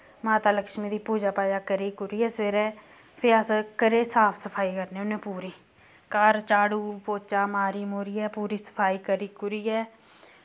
माता लक्ष्मी दा पूजा पाजा करियै सवेरै फ्ही अस घरे दा साफ सफाई करने होने पूरी घर झाड़ू पोच्चा मारी मुरियै पूरी सफाई करी कुरियै